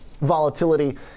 Volatility